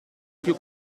più